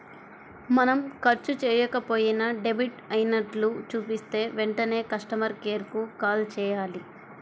మనం ఖర్చు చెయ్యకపోయినా డెబిట్ అయినట్లు చూపిస్తే వెంటనే కస్టమర్ కేర్ కు కాల్ చేయాలి